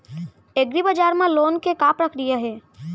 एग्रीबजार मा लोन के का प्रक्रिया हे?